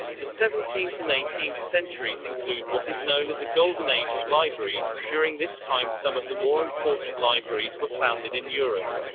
the seventeenth and eighteenth centuries include what is known as a golden age of libraries during this time some of the more important libraries were founded in europe.